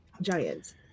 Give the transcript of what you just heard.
Giants